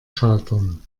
schaltern